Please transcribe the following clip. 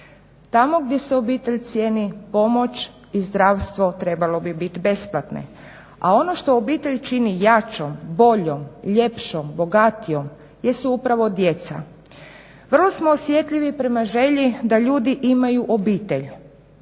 Tamo gdje se obitelj cijeni pomoć i zdravstvo trebalo bi biti besplatni, a ono što obitelj čini jačom, boljom, ljepšom, bogatijom jesu upravo djeca. Vrlo smo osjetljivi prema želji da ljudi imaju obitelj